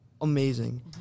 amazing